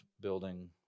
building